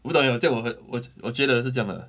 我不懂 leh 我这样我我我觉得是这样的